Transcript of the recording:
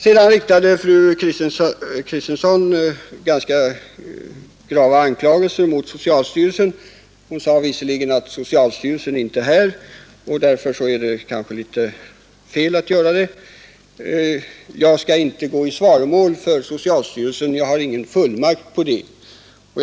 Sedan riktade fru Kristensson ganska grava anklagelser mot socialstyrelsen, samtidigt som hon sade att socialstyrelsen inte är här och att det därför kanske var felaktigt att här framföra dessa anklagelser. Jag skall inte gå i svaromål för socialstyrelsen; jag har ingen fullmakt att göra det.